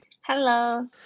Hello